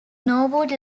norwood